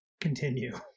Continue